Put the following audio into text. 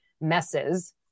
messes